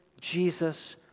Jesus